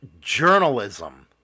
journalism